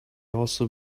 also